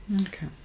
Okay